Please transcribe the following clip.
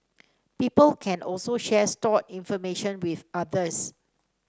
people can also share stored information with others